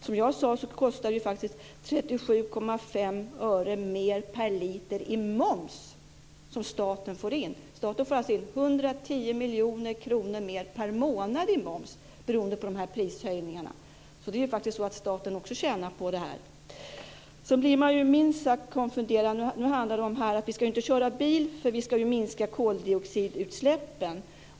Det kostar faktiskt 37,5 öre mer per liter i moms. Staten får alltså in 110 miljoner kronor mer per månad i moms beroende på dessa prishöjningar, så staten tjänar också på det här. Sedan blir man minst sagt konfunderad när det sägs att vi inte ska köra bil eftersom vi måste minska koldioxidutsläppen.